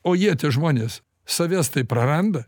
o jie tie žmonės savęs praranda